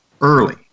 early